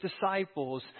disciples